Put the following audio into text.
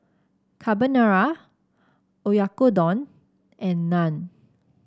Carbonara Oyakodon and Naan